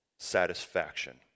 satisfaction